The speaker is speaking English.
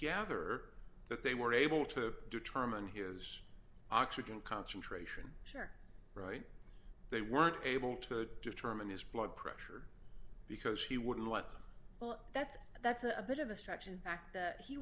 gather that they were able to determine heroes oxygen concentration sure they weren't able to determine his blood pressure because he wouldn't what well that's that's a bit of a stretch in fact that he